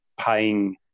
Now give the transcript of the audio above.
paying